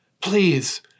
Please